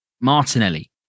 Martinelli